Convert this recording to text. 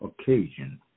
occasion